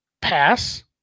pass